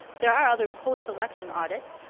there are other post-election audits,